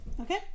Okay